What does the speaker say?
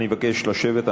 אני מבקש לשבת.